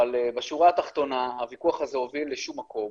אבל בשורה התחתונה הוויכוח הזה הוביל לשום מקום